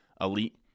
Elite